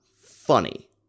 funny